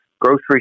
grocery